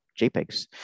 jpegs